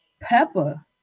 Peppa